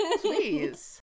Please